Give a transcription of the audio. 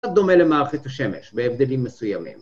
‫קצת דומה למערכת השמש ‫בהבדלים מסוימים.